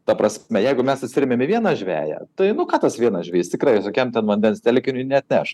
ta prasme jeigu mes atsirėmiam į vieną žveją tai nu ką tas vienas žvejys tikrai tokiam ten vandens telkiniui neatneš